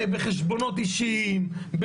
בחשבונות אישיים,